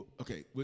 Okay